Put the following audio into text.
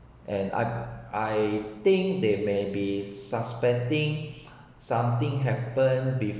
and I I think they may be suspecting something happened be~